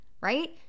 right